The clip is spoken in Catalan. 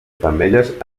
femelles